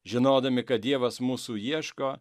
žinodami kad dievas mūsų ieško